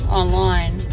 online